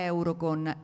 Eurocon